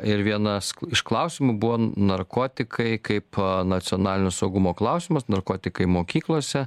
ir vienas iš klausimų buvo n narkotikai kaip nacionalinio saugumo klausimas narkotikai mokyklose